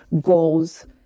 goals